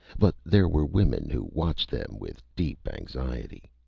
but there were women who watched them with deep anxiety.